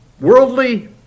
worldly